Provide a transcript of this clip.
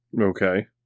okay